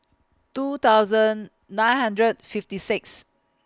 two thousand nine hundred fifty Sixth